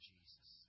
Jesus